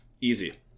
easy